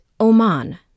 Oman